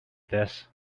this